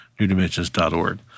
NewDimensions.org